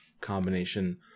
combination